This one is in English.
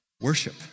worship